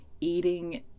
eating